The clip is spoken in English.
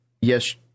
Yes